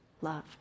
love